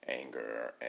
anger